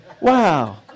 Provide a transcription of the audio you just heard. wow